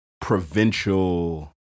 provincial